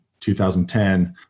2010